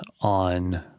on